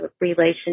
relationship